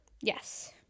Yes